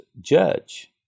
judge